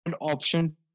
Option